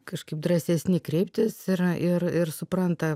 kažkaip drąsesni kreiptis yra ir ir supranta